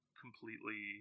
completely